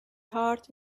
heart